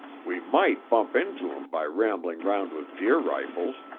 we might bump into em by rambling round with deer rifles.